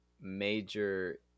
major